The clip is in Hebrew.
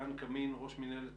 ערן קמין, ראש מינהלת